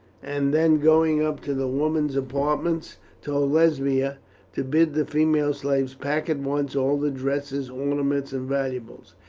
and then going up to the women's apartments told lesbia to bid the female slaves pack at once all the dresses, ornaments, and valuables.